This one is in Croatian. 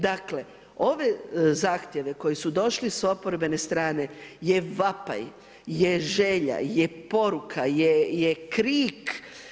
Dakle ove zahtjeve koji su došli s oporbene strane je vapaj, je želja, je poruka, je krik.